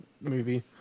movie